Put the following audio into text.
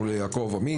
יעקב עמית.